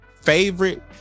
Favorite